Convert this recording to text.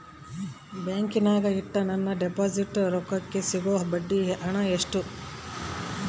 ಬ್ಯಾಂಕಿನಾಗ ಇಟ್ಟ ನನ್ನ ಡಿಪಾಸಿಟ್ ರೊಕ್ಕಕ್ಕೆ ಸಿಗೋ ಬಡ್ಡಿ ಹಣ ಎಷ್ಟು?